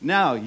Now